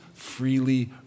freely